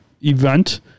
event